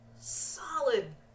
solid